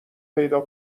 پیدا